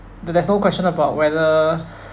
then there's no question about whether